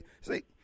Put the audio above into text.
see